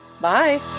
Bye